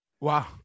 Wow